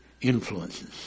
influences